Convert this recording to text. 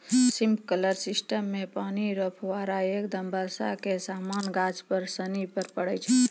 sprinkler system मे पानी रो फुहारा एकदम बर्षा के समान गाछ सनि पर पड़ै छै